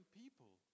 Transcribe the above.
people